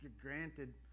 Granted